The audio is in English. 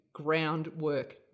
groundwork